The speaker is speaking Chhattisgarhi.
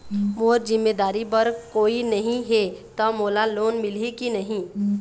मोर जिम्मेदारी बर कोई नहीं हे त मोला लोन मिलही की नहीं?